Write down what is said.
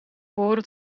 behoren